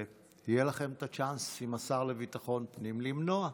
ויהיה לכם את הצ'אנס עם השר לביטחון פנים למנוע,